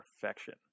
perfection